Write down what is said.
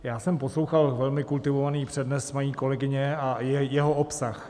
Já jsem poslouchal velmi kultivovaný přednes paní kolegyně a jeho obsah.